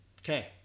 Okay